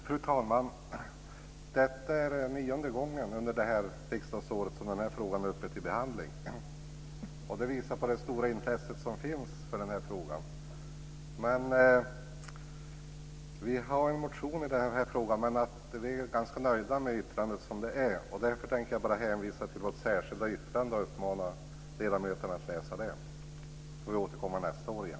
Fru talman! Detta är nionde gången under detta riksdagsår som denna fråga är uppe till behandling. Det visar det stora intresse som finns för denna fråga. Vi har väckt en motion i denna fråga, men vi är ganska nöjda med betänkandet. Därför tänker jag bara hänvisa till vårt särskilda yttrande och uppmana ledamöterna att läsa det, så får vi återkomma nästa år igen.